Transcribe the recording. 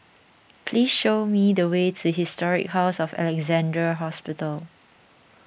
please show me the way to Historic House of Alexandra Hospital